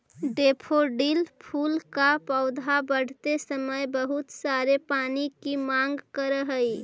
daffodil फूल का पौधा बढ़ते समय बहुत सारे पानी की मांग करअ हई